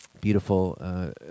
beautiful